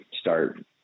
start